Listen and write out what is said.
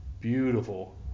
beautiful